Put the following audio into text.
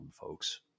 folks